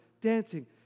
dancing